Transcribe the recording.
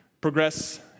progress